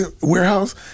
Warehouse